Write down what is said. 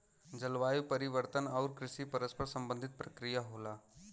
जलवायु परिवर्तन आउर कृषि परस्पर संबंधित प्रक्रिया होला